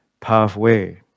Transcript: pathway